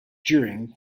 during